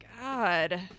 God